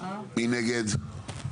4 נגד,